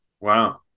Wow